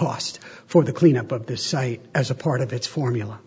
cost for the cleanup of the site as a part of its formula the